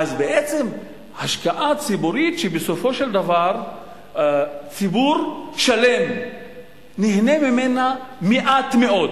אז בעצם זו השקעה ציבורית שבסופו של דבר ציבור שלם נהנה ממנה מעט מאוד,